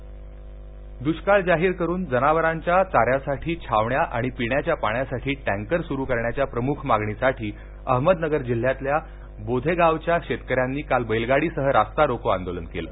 अहमदनगर दृष्काळ जाहीर करून जनावरांच्या चा यासाठी छावण्या आणि पिण्याच्या पाण्यासाठी टँकर सुरू करण्याच्या प्रमुख मागणीसाठी अहमदनगर जिल्ह्यातल्या बोधेगावच्या शेतकऱ्यांनी काल बैलगाडीसह रास्ता रोको आंदोलन केलं